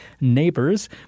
neighbors